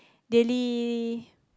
daily